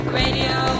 radio